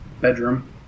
Bedroom